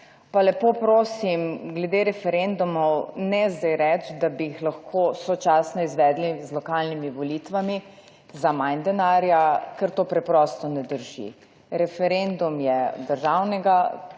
Pa lepo prosim, glede referendumov, ne zdaj reči, da bi jih lahko sočasno izvedli z lokalnimi volitvami za manj denarja, ker to preprosto ne drži. Referendum je državnega